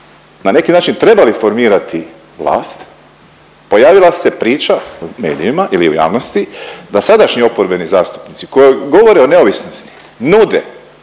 na neki način trebali formirati vlast, pojavila se priča u medijima ili u javnosti da sadašnji oporbeni zastupnici koji govore o neovisnosti nude